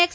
x